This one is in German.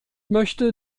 möchte